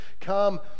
come